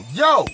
yo